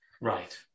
right